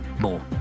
more